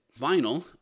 Vinyl